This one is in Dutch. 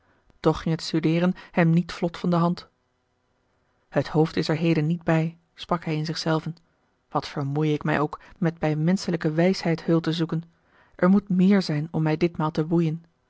ging het studeeren hem niet vlot van de hand het hoofd is er heden niet bij sprak hij in zich zelven wat vermoeie ik mij ook met bij menschelijke wijsheid heul te zoeken er moet meer zijn om mij ditmaal te boeien